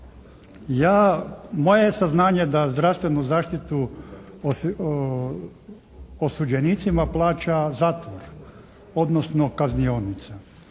moje je saznanje da zdravstvenu zaštitu osuđenicima plaća zatvor odnosno kaznionica.